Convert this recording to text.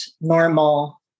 normal